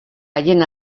haien